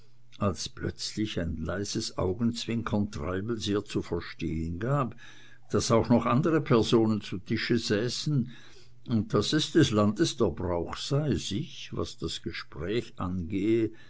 als plötzlich ein leises augenzwinkern treibels ihr zu verstehen gab daß auch noch andere personen zu tische säßen und daß es des landes der brauch sei sich was gespräch angehe